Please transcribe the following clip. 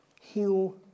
heal